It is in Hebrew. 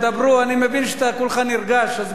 אני מבין שאתה כולך נרגש, אז בסדר.